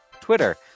Twitter